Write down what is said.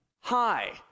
Hi